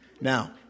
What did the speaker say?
Now